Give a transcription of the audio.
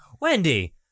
Wendy